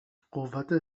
قوت